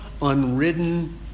unridden